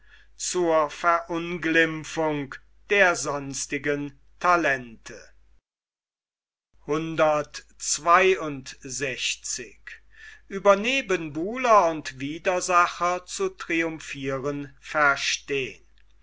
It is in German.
zur verunglimpfung der sonstigen talente sie zu